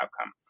outcome